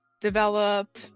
develop